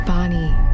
Bonnie